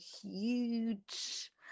huge